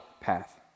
path